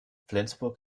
flensburg